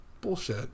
bullshit